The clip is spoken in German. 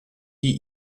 die